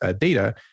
data